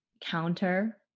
counter